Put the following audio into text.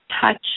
Touch